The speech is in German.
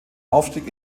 aufstieg